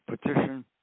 petition